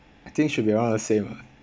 I think should be around the same ah